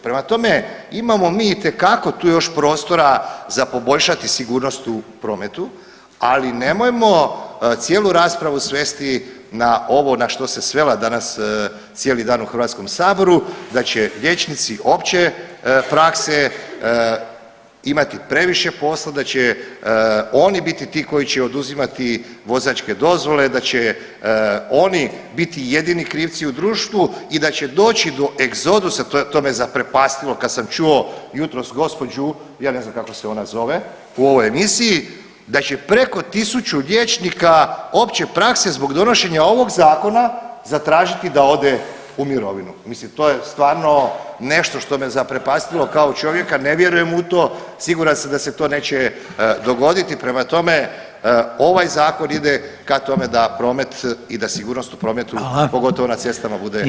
Prema tome, imamo mi itekako tu još prostora za poboljšati sigurnost u prometu, ali nemojmo cijelu raspravu svesti na ovo na što se svela danas cijeli dan u HS da će liječnici opće prakse imati previše posla, da će oni biti ti koji će oduzimati vozačke dozvole, da će oni biti jedini krivci u društvu i da će doći do egzodusa, to, to me zaprepastilo kad sam čuo jutros gospođu, ja ne znam kako se ona zove u ovoj emisiji, da će preko 1000 liječnika opće prakse zbog donošenja ovog zakona zatražiti da ode u mirovinu, mislim to je stvarno nešto što me zaprepastilo kao čovjeka, ne vjerujem u to, siguran sam da se to neće dogoditi, prema tome ovaj zakon ide ka tome da promet i da sigurnost u prometu, pogotovo na cestama bude puno bolja.